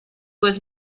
was